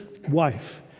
Wife